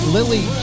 Lily